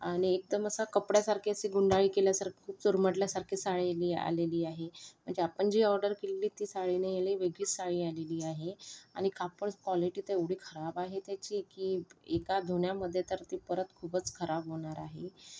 आणि एकदम असा कपड्यासारखी अशी गुंडाळी केल्यासारखं चुरमडल्यासारखी साडी आलेली आहे म्हणजे आपण जी ऑर्डर केलेली ती साडी नाही आली वेगळीच साडी आलेली आहे आणि कापड क्वॉलिटी तर एवढी खराब आहे त्याची की एका धुण्यामध्ये तर ती परत खूपच खराब होणार आहे